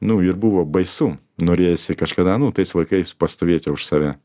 nu ir buvo baisu norėjosi kažkada nu tais laikais pastovėti už save